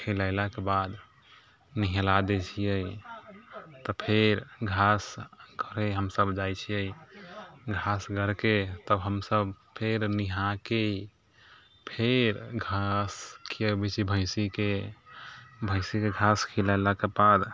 खिलैलाके बाद नहला दै छिए तऽ फेर घास करै हमसब जाइ छिए घास करिके तब हमसब फेर नहाके फेर घास खियाबै छिए भैँसीके भैँसीके घास खिलैलाके बाद